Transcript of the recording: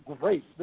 great